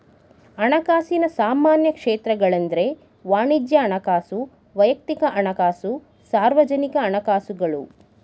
ಹಣಕಾಸಿನ ಸಾಮಾನ್ಯ ಕ್ಷೇತ್ರಗಳೆಂದ್ರೆ ವಾಣಿಜ್ಯ ಹಣಕಾಸು, ವೈಯಕ್ತಿಕ ಹಣಕಾಸು, ಸಾರ್ವಜನಿಕ ಹಣಕಾಸುಗಳು